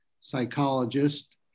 psychologist